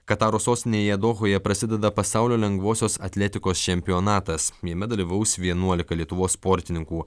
kataro sostinėje dohoje prasideda pasaulio lengvosios atletikos čempionatas jame dalyvaus vienuolika lietuvos sportininkų